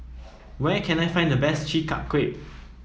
where can I find the best Chi Kak Kuih